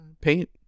paint